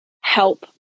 help